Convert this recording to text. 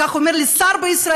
כך אומר לי שר בישראל.